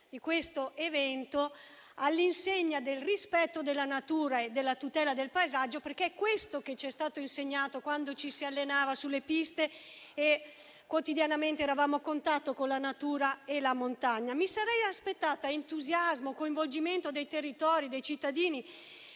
di questo evento all'insegna del rispetto della natura e della tutela del paesaggio, perché è questo che ci è stato insegnato quando ci si allenava sulle piste e quotidianamente eravamo a contatto con la natura e la montagna. Mi sarei aspettata entusiasmo, coinvolgimento dei territori e dei cittadini